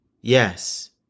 Yes